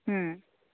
ᱦᱮᱸ